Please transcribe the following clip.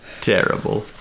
Terrible